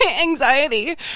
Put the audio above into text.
anxiety